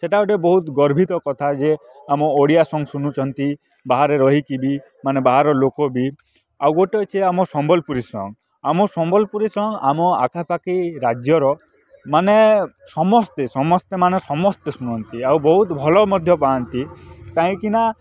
ସେଇଟା ଗୋଟେ ବହୁତ ଗର୍ବିତ କଥା ଯେ ଆମ ଓଡ଼ିଆ ସଙ୍ଗ୍ ଶୁଣୁଛନ୍ତି ବାହାରେ ରହିକି ବି ମାନେ ବାହାରର ଲୋକ ବି ଆଉ ଗୋଟେ ଅଛି ଆମ ସମ୍ବଲପୁରୀ ସଙ୍ଗ୍ ଆମ ସମ୍ବଲପୁରୀ ସଙ୍ଗ୍ ଆମ ଆଖାପାଖି ରାଜ୍ୟର ମାନେ ସମସ୍ତେ ସମସ୍ତେ ମାନେ ସମସ୍ତେ ଶୁଣନ୍ତି ଆଉ ବହୁତ ଭଲ ମଧ୍ୟ ପାଆନ୍ତି କାହିଁକିନା